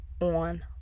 on